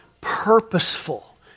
purposeful